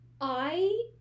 I-